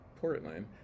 Portland